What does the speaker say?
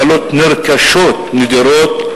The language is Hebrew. למחלות נרכשות נדירות,